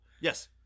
Yes